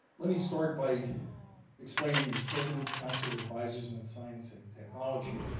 let me start by explaining this president's council of advisors on science and technology.